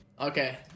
Okay